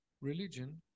Religion